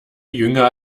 jünger